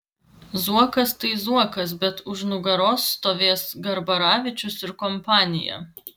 zuokas tai zuokas bet už nugaros stovės garbaravičius ir kompanija